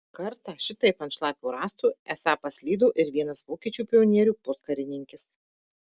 kartą šitaip ant šlapio rąsto esą paslydo ir vienas vokiečių pionierių puskarininkis